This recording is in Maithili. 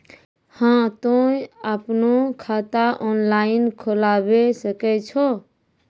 हाँ तोय आपनो खाता ऑनलाइन खोलावे सकै छौ?